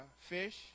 fish